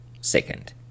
second